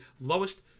lowest